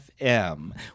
FM